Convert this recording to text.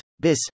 BIS